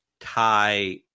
tie